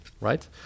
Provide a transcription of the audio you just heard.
right